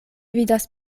vidas